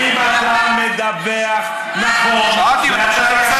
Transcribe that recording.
ואם אתה מדווח נכון, מאיר, שאלתי אם זה בסדר.